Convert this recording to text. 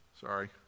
sorry